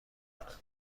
کنم